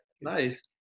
Nice